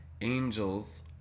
angels